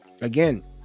again